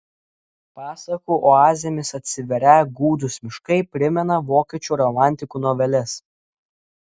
pasakų oazėmis atsiverią gūdūs miškai primena vokiečių romantikų noveles